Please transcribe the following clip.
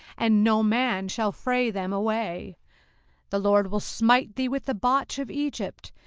and no man shall fray them away the lord will smite thee with the botch of egypt,